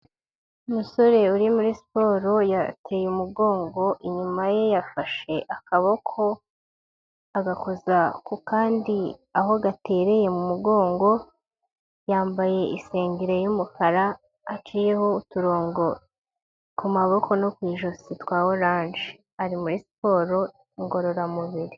Umusore uri muri siporo, yateye umugongo inyuma ye yafashe akaboko, agakoza ku kandi aho gatereye mu mugongo, yambaye isengere y'umukara aciho uturongo ku maboko no ku ijosi twa oranje. Ari muri siporo ngororamubiri.